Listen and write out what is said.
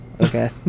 okay